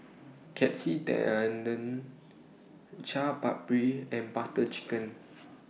Katsu Tendon Chaat Papri and Butter Chicken